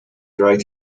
right